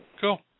Cool